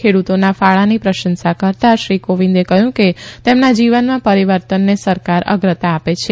ખેડૂતોના ફાળાની પ્રશંસા કરતાં શ્રી કોવિદે કહ્યું કે તેમના જીવનમાં પરિવર્તનને સરકાર અગ્રતા આપે છે